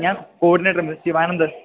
ഞാൻ coordinator miss Sivanandan